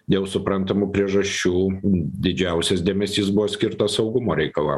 dėl suprantamų priežasčių didžiausias dėmesys buvo skirtas saugumo reikalą